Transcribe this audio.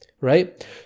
right